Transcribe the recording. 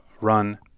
run